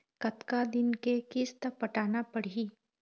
कतका दिन के किस्त पटाना पड़ही?